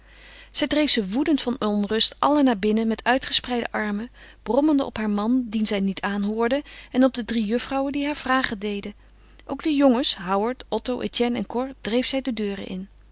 zij dreef ze woedend van onrust allen naar binnen met uitgespreide armen brommende op haar man dien zij niet aanhoorde en op de drie juffrouwen die haar vragen deden ook de jongens howard otto etienne en cor dreef zij de deuren in